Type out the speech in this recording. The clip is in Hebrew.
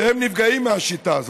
שהם נפגעים מהשיטה הזאת,